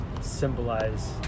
symbolize